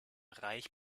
reich